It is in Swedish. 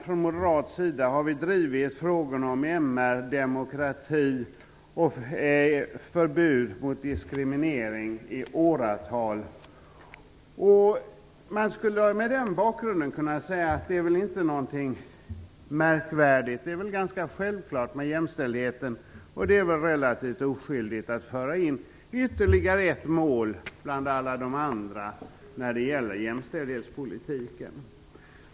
Från moderat sida har vi drivit frågorna om MR, demokrati och förbud mot diskriminering i åratal. Man skulle mot den bakgrunden kunna säga att det inte är någonting märkvärdigt, utan att det är ganska självklart med jämställdheten och att det väl är relativt oskyldigt att föra in ytterligare ett mål bland alla de andra målen när det gäller jämställdhetspolitiken.